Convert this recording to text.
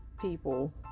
people